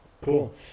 cool